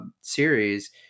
series